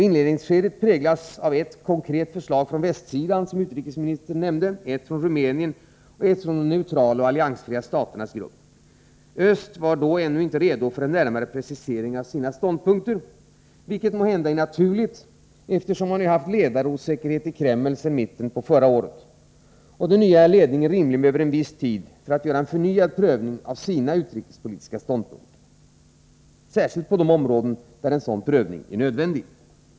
Inledningsskedet präglas av ett konkret förslag från västsidan, som utrikesministern nämnde, ett från Rumänien och ett från de neutrala och alliansfria staternas grupp. Öst var då ännu icke redo för en närmare precisering av sina ståndpunkter, vilket måhända är naturligt, eftersom man har haft ledarosäkerhet i Kreml sedan mitten av förra året. Den nya ledningen behöver rimligen en viss tid för att göra en förnyad prövning av sina utrikespolitiska ståndpunkter, särskilt på de områden där en sådan prövning är nödvändig.